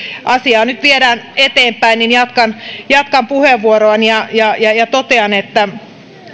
asiaa nyt viedään eteenpäin niin jatkan jatkan puheenvuoroani ja ja totean että